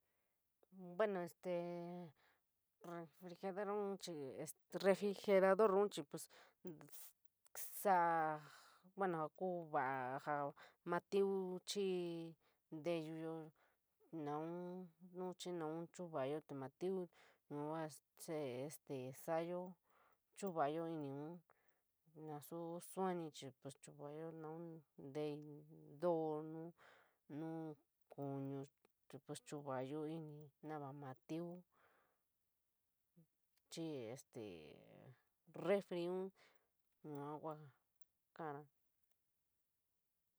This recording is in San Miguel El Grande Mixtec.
Bueno, estee refrigerodor un chií este, refrigerodor chi pues saa, bueno ja ku vaia ja ma teuf chii nteluuyo, naan chir naan chir orayo te ma tiuf. Yua se este salayo, chivoyo iniñun nasa suoni ehi pos chuun yayo naan tei ntoo, nu kunu pos chuun orayo pini nava ma tiú chii este refrioun yua kua kalara.